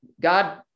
God